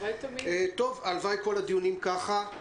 הלוואי כל הדיונים ככה.